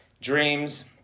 dreams